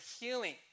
healing